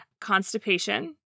constipation